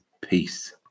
Peace